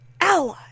ally